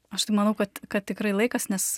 aš tai manau kad kad tikrai laikas nes